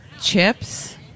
Chips